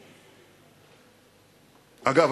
אגב,